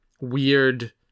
weird